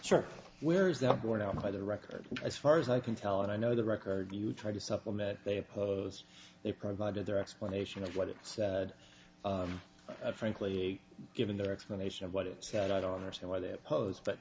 short where is that borne out by the record as far as i can tell and i know the record you try to supplement they oppose they provided their explanation of what it said frankly given their explanation of what it said i don't understand why they opposed but